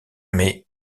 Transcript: mais